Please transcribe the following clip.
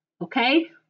okay